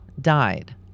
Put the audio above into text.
died